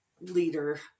leader